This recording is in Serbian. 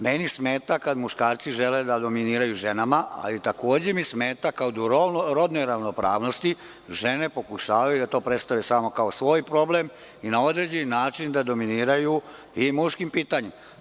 Meni smeta kada muškarci žele da dominiraju ženama, ali takođe mi smeta kad u rodnoj ravnopravnosti žene pokušavaju da to predstave samo kao svoj problem i na određeni način da dominiraju i muškim pitanjima.